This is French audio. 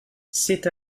c’est